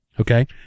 Okay